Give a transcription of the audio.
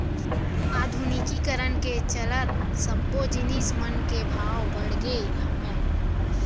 आधुनिकीकरन के चलत सब्बो जिनिस मन के भाव बड़गे हावय